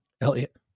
Elliot